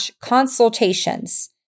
consultations